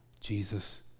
Jesus